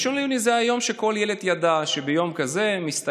1 ביוני זה היה יום שכל ילד ידע שביום זה מסתיימת